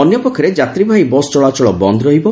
ଅନ୍ୟପକ୍ଷରେ ଯାତ୍ରୀବାହୀ ବସ୍ ଚଳାଚଳ ବନ୍ଦ୍ ରହିବ